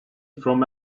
from